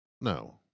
no